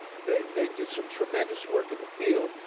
they they did some tremendous work in the field.